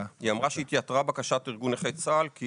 היא אמרה שהתייתרה בקשת ארגון נכי צה"ל כי